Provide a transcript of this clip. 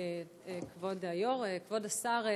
כבוד היו"ר, כבוד השר,